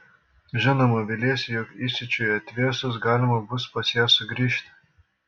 žinoma viliesi jog įsiūčiui atvėsus galima bus pas ją sugrįžti